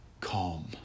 calm